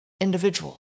individual